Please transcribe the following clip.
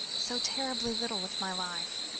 so terribly little with my life.